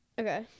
Okay